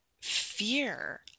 fear